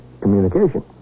communication